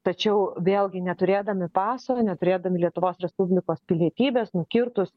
tačiau vėlgi neturėdami paso neturėdami lietuvos respublikos pilietybės nukirtus